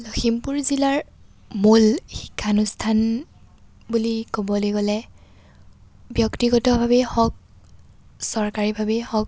লখিমপুৰ জিলাৰ মূল শিক্ষানুষ্ঠান বুলি ক'বলৈ গ'লে ব্যক্তিগতভাৱেই হওক চৰকাৰীভাৱেই হওক